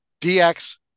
DX